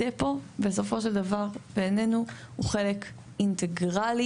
דפו בסופו של דבר בעינינו הוא חלק אינטגרלי